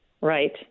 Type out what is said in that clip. Right